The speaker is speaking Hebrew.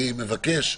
אני מבקש,